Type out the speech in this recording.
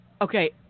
Okay